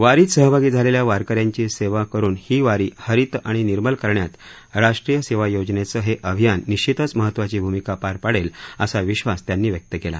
वारीत सहभागी झालेल्या वारकऱ्यांची सेवा करून ही वारी हरीत आणि निर्मल करण्यात राष्ट्रीय सेवा योजनेचे हे अभियान निश्वितच महत्वाची भूमीका पार पाडेल असा विश्वास त्यांनी व्यक्त केला